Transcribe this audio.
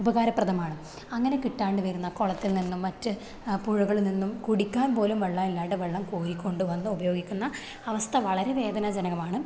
ഉപകാരപ്രദമാണ് അങ്ങനെ കിട്ടാണ്ട് വരുന്ന കുളത്തില് നിന്നും മറ്റ് പുഴകളില് നിന്നും കുടിക്കാന് പോലും വെള്ളം ഇല്ലാണ്ട് വെള്ളം കോരി കൊണ്ടുവന്ന് ഉപയോഗിക്കുന്ന അവസ്ഥ വളരെ വേദനാജനകമാണ്